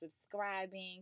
subscribing